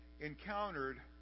encountered